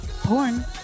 Porn